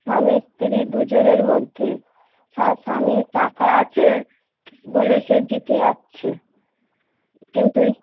স্বামী স্ত্রীর দুজনের মধ্যে স্বা স্বামীর টাকা আছে বলে সে জিতে যাচ্ছে কিন্তু